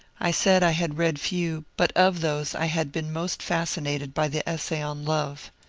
i said i had read few, but of those i had been most fascinated by the essay on love.